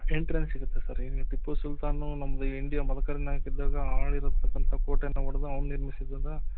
entrance ಸಿಗತ್ತೆ sir ಏನು ಟಿಪ್ಪು ಸುಲ್ತಾನು ನಮ್ಮದು ಇಂಡಿಯಾ ಮದಕರಿ ನಾಯಕರಿದ್ದಾಗ ಆಳಿರತಕ್ಕಂಥ ಕೋಟೆನ ಒಡೆದು ಅವನು ನಿರ್ಮಿಸಿದ